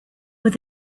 were